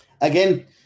Again